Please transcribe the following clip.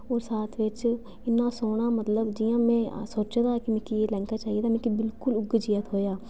ते कन्नै गै इन्ना सोह्ना मतलब के में सोचे दा हा कि में नेहा लैहंगा चाहिदा ऐ मिकी बिलकुल उ'ऐ जेहा थ्होआ